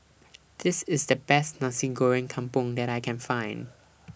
This IS The Best Nasi Goreng Kampung that I Can Find